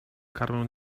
karmę